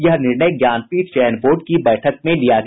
यह निर्णय ज्ञानपीठ चयन बोर्ड की बैठक में लिया गया